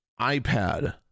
iPad